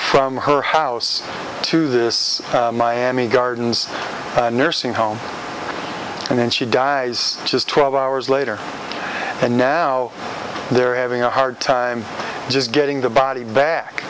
from her house to this miami gardens nursing home and then she dies just twelve hours later and now they're having a hard time just getting the body back